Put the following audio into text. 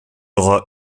aura